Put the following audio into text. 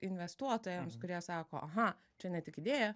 investuotojams kurie sako aha čia ne tik idėja